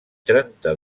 trenta